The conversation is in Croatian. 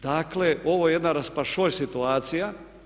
Dakle ovo je jedan raspašoj situacija.